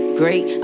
great